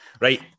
Right